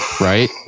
right